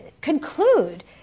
conclude